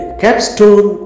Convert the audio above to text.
capstone